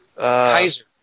Kaiser